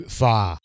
far